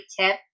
tip